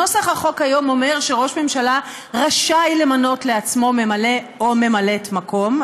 נוסח החוק היום אומר שראש ממשלה רשאי למנות לעצמו ממלא או ממלאת מקום,